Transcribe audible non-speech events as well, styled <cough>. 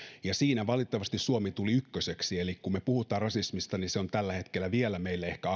ja siinä valitettavasti suomi tuli ykköseksi eli kun me puhumme rasismista niin se on tällä hetkellä meille ehkä <unintelligible>